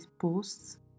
posts